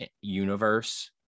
universe